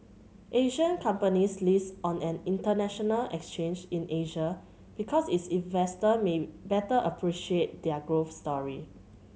Asian companies list on an international exchange in Asia because its investor may better appreciate their growth story